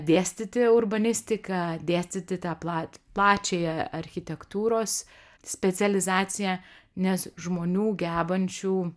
dėstyti urbanistiką dėstyti tą plat plačiąją architektūros specializaciją nes žmonių gebančių